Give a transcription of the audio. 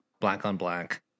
Black-on-black